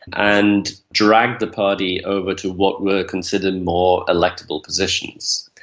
and dragged the party over to what were considered more electable positions.